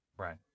Right